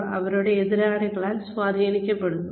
അവർ അവരുടെ എതിരാളികളാൽ സ്വാധീനിക്കപ്പെടുന്നു